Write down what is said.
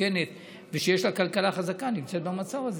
מתוקנת ושיש לה כלכלה חזקה נמצאת במצב הזה.